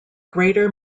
greater